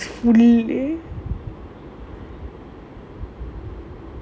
eh there's a lot of india uncle auntie using TikTok and all